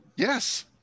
Yes